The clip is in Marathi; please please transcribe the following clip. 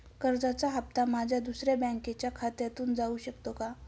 कर्जाचा हप्ता माझ्या दुसऱ्या बँकेच्या खात्यामधून जाऊ शकतो का?